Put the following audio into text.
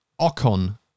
Ocon